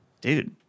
Dude